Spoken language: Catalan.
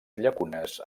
llacunes